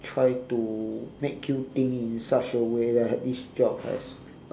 try to make you think in such a way that this job has